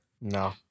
No